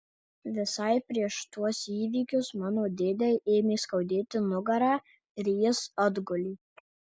visai prieš tuos įvykius mano dėdei ėmė skaudėti nugarą ir jis atgulė